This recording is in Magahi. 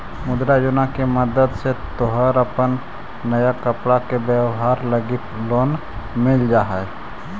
मुद्रा योजना के मदद से तोहर अपन नया कपड़ा के व्यवसाए लगी लोन मिल जा हई